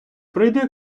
прийде